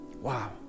Wow